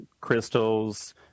crystals